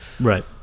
right